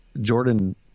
Jordan